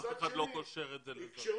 אף אחד לא קושר את זה ל ----- ומצד שני